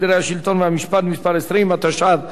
התשע"ב 2012. מי בעד?